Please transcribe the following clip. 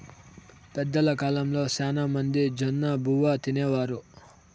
పెద్దల కాలంలో శ్యానా మంది జొన్నబువ్వ తినేవారు